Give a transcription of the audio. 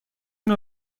نوع